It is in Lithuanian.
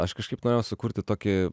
aš kažkaip norėjau sukurti tokį